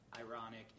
ironic